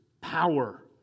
Power